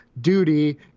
duty